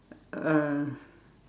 uh